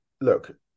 look